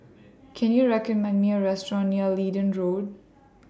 Can YOU recommend Me A Restaurant near Leedon Road